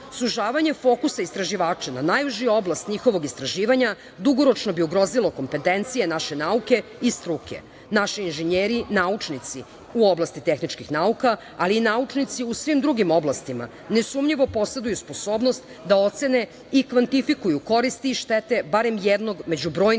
Sužavanje fokusa istraživača na najužu oblast njihovog istraživanja dugoročno bi ugrozilo kompetencije naše nauke i struke. Naši inženjeri, naučnici, u oblasti tehničkih nauka, ali i naučnici u svim drugim oblastima, nesumnjivo poseduju sposobnost da ocene i kvantifikuju koristi i štete barem jednog među brojnim aspektima